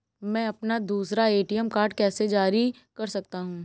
मैं अपना दूसरा ए.टी.एम कार्ड कैसे जारी कर सकता हूँ?